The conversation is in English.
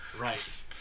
Right